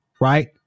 right